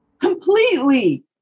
Completely